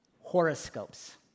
horoscopes